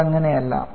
അത് അങ്ങനെയല്ല